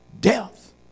Death